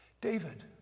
David